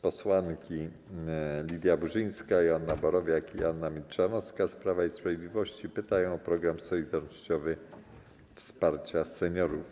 Posłanki Lidia Burzyńska, Joanna Borowiak i Anna Milczanowska z Prawa i Sprawiedliwości pytają o program „Solidarnościowy korpus wsparcia seniorów”